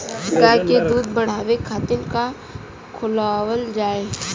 गाय क दूध बढ़ावे खातिन का खेलावल जाय?